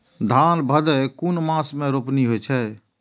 धान भदेय कुन मास में रोपनी होय छै?